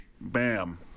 bam